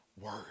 word